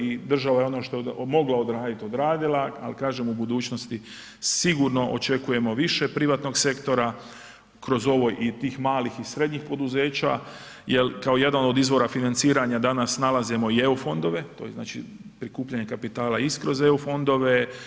I država je ono što je mogla odraditi odradila, ali kažem u budućnosti sigurno očekujemo više privatnog sektora i tih malih i srednjih poduzeća jer kao jedan od izvora financiranja danas nalazimo i eu fondove, prikupljanja kapitala i kroz eu fondove.